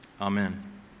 Amen